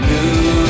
New